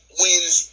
wins